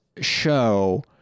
show